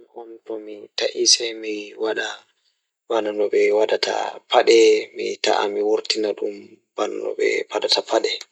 Mi ta'an on tomi ta'i Miɗo waawataa waawi njiddaade dow sappoore ngal, ngal noone fiyaangu goɗɗo goɗɗo, jokkondirde ngurndan ngal. Miɗo waawataa fayi e ngal ngal to ɗiɗi, waawi sowde suufu, njiddaade jukkere ngam waawde gite ndiyam.